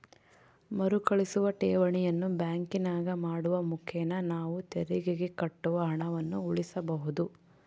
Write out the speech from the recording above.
ಮರುಕಳಿಸುವ ಠೇವಣಿಯನ್ನು ಬ್ಯಾಂಕಿನಾಗ ಮಾಡುವ ಮುಖೇನ ನಾವು ತೆರಿಗೆಗೆ ಕಟ್ಟುವ ಹಣವನ್ನು ಉಳಿಸಬಹುದು